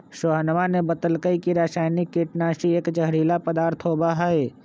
सोहनवा ने बतल कई की रसायनिक कीटनाशी एक जहरीला पदार्थ होबा हई